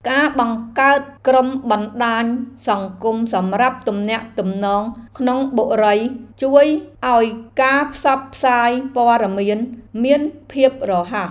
ការបង្កើតក្រុមបណ្តាញសង្គមសម្រាប់ទំនាក់ទំនងក្នុងបុរីជួយឱ្យការផ្សព្វផ្សាយព័ត៌មានមានភាពរហ័ស។